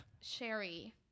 Sherry